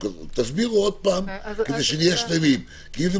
תסבירו שוב כדי שנהיה שלמים כי אם זה